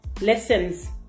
lessons